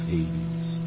Hades